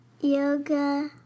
Yoga